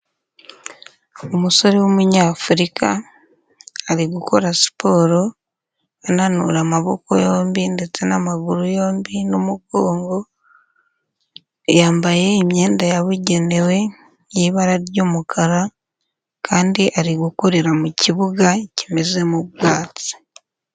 Umusore w'Umunyafurika ,ari gukora siporo ananura amaboko yombi ndetse n'amaguru yombi n'umugongo, yambaye imyenda yabugenewe y'ibara ry'umukara ,kandi ari gukorera mu kibuga kimezemo ubwatsi.